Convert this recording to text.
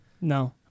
No